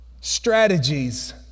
strategies